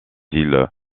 îles